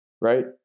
right